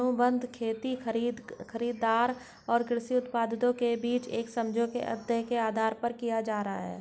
अनुबंध खेती खरीदार और कृषि उत्पादकों के बीच एक समझौते के आधार पर किया जा रहा है